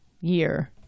year